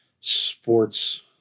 sports